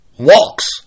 Walks